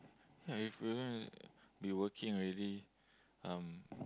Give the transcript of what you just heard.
ya if we're gonna be working already um